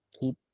keep